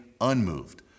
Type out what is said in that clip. unmoved